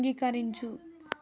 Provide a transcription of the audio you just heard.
అంగీకరించు